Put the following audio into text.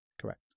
correct